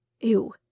Ew